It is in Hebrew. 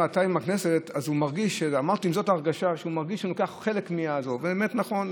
עם הכנסת הוא מרגיש שהוא לוקח, זה באמת נכון.